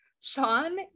Sean